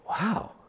Wow